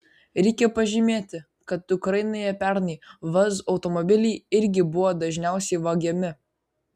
reikia pažymėti kad ukrainoje pernai vaz automobiliai irgi buvo dažniausiai vagiami